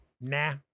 Nah